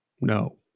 No